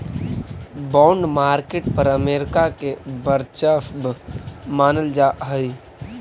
bond market पर America के वर्चस्व मानल जा हइ